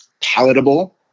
palatable